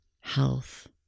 health